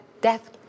death